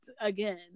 again